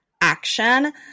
action